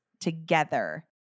together